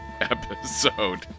episode